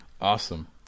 awesome